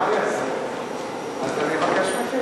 העיקר שראש הממשלה